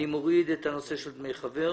אני מוריד את הנושא של דמי חבר.